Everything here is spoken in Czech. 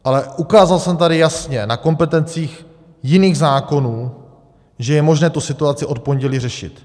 Ale ukázal jsem tady jasně na kompetencích jiných zákonů, že je možné tu situaci od pondělí řešit.